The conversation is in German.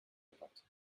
gepackt